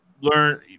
learn